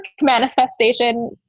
manifestation